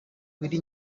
willy